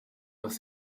was